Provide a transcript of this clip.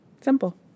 Simple